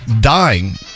dying